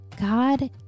God